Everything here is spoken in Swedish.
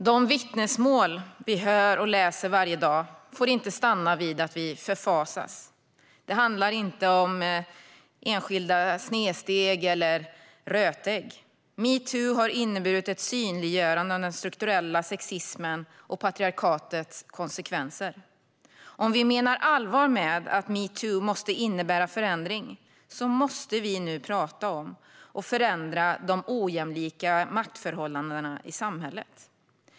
De vittnesmål vi hör och läser varje dag får inte stanna vid att vi förfasas. Det handlar inte om enskilda snedsteg eller rötägg. Metoo har inneburit ett synliggörande av den strukturella sexismen och patriarkatets konsekvenser. Om vi menar allvar med att metoo måste innebära förändring måste vi nu prata om och förändra de ojämlika maktförhållandena i samhället.